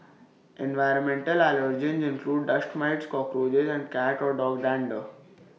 environmental allergens include dust mites cockroaches and cat or dog dander